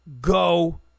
go